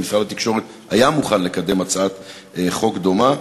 ומשרד התקשורת היה מוכן לקדם הצעת חוק דומה,